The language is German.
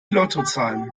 lottozahlen